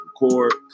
record